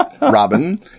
Robin